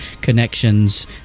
connections